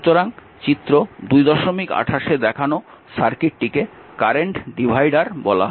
সুতরাং চিত্র 228 এ দেখানো সার্কিটটিকে কারেন্ট ডিভাইডার বলা হয়